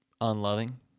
unloving